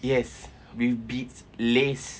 yes with beads lace